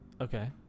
Okay